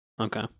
Okay